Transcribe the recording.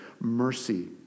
mercy